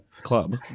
club